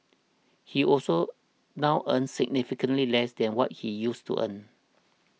he also now earns significantly less than what he used to earn